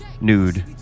Nude